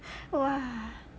!wah!